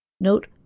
Note